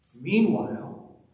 Meanwhile